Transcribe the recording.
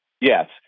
Yes